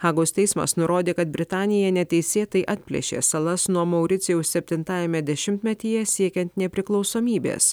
hagos teismas nurodė kad britanija neteisėtai atplėšė salas nuo mauricijaus septintajame dešimtmetyje siekiant nepriklausomybės